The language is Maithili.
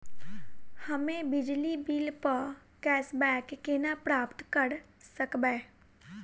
हम्मे बिजली बिल प कैशबैक केना प्राप्त करऽ सकबै?